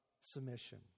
submission